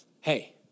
hey